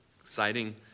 exciting